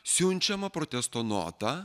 siunčiama protesto nota